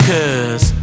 Cause